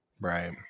Right